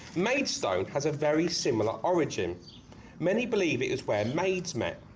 maidstone has a very similar origins many believe it is where maids met,